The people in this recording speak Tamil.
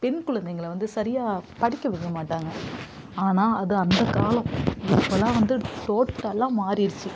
பெண் குழந்தைங்களை வந்து சரியாக படிக்க விடமாட்டாங்க ஆனால் அது அந்த காலம் இப்பெலாம் வந்து டோட்டலாக மாறிடுச்சி